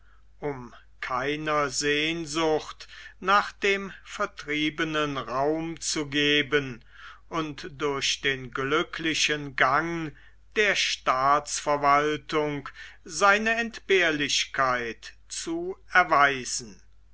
um keiner sehnsucht nach dem vertriebenen raum zu geben und durch den glücklichen gang der staatsverwaltung seine entbehrlichkeit zu erweisen